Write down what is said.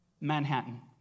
Manhattan